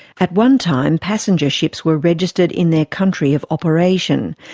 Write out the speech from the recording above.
at one time, passenger ships were registered in their country of operation,